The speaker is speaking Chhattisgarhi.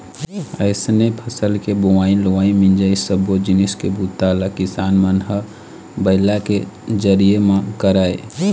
अइसने फसल के बोवई, लुवई, मिंजई सब्बो जिनिस के बूता ल किसान मन ह बइला के जरिए म करय